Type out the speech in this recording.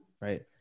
right